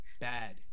Bad